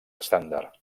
estàndard